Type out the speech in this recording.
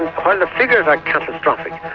and while the figures are catastrophic,